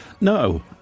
No